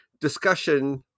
discussion